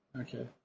Okay